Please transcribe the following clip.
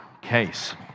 case